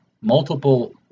multiple